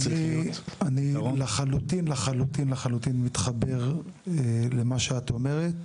אני לחלוטין מתחבר למה שאת אומרת.